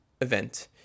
event